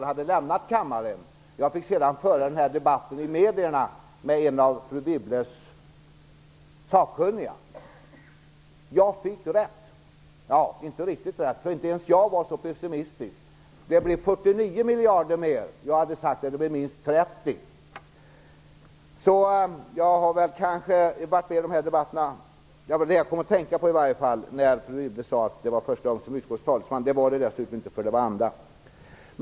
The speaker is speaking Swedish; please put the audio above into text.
Hon hade lämnat kammaren, och jag fick sedan föra denna debatt i medierna med en av fru Jag fick rätt, visserligen inte riktigt rätt, för inte ens jag var så pessimistisk. Räntorna på statsskulden gick upp med 49 miljarder. Jag hade sagt att de skulle öka med minst 30 miljarder. Jag har varit med i dessa debatter förr. Det var detta jag kom att tänka på, när fru Wibble sade att det var första gången jag uppträdde som utskottets talesman. Så är det dessutom inte. Det är andra gången.